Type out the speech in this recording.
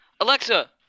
Alexa